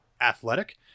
athletic